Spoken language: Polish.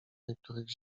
niektórych